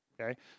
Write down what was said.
Okay